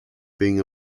being